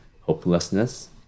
hopelessness